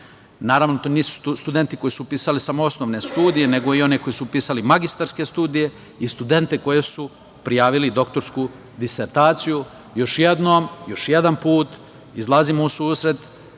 Naravno, to nisu studenti koji su upisali samo osnovne studije, nego i oni koji su upisali magistarske studije i studenti koji su prijavili doktorsku disertaciju. Još jednom, još jedan put izlazimo u susret